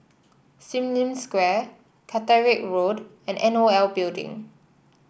Sim Lim Square Caterick Road and N O L Building